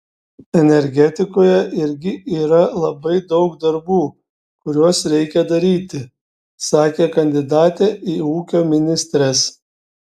energetikoje irgi yra labai daug darbų kuriuos reikia daryti sakė kandidatė į ūkio ministres